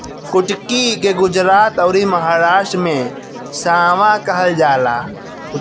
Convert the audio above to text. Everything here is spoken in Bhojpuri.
कुटकी के गुजरात अउरी महाराष्ट्र में सांवा कहल जाला